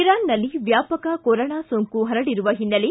ಇರಾನ್ನಲ್ಲಿ ವ್ಯಾಪಕ ಕೊರೋನಾ ಸೋಂಕು ಪರಡಿರುವ ಓನ್ನೆಲೆ